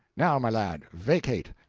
now, my lad, vacate!